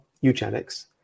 eugenics